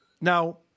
Now